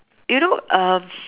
you know uh